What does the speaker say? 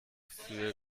für